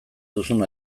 duzun